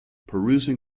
perusing